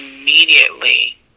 immediately